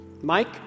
Mike